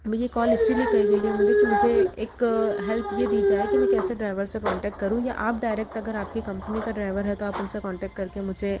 मैं ये कॉल इसीलिए करी गई है मुझे कि मुझे एक हेल्प ये दी जाए कि मैं कैसे ड्राइवर से कांटेक्ट करूँ या आप डायरेक्ट अगर आपकी कंपनी का ड्राइवर है तो आप उनसे कांटेक्ट करके मुझे